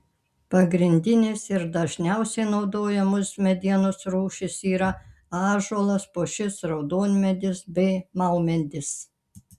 pagrindinės ir dažniausiai naudojamos medienos rūšys yra ąžuolas pušis raudonmedis bei maumedis